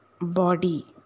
body